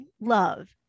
love